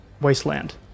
wasteland